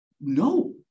No